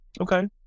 Okay